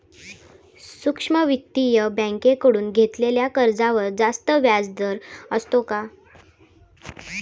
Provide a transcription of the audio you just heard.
सूक्ष्म वित्तीय बँकेकडून घेतलेल्या कर्जावर जास्त व्याजदर असतो का?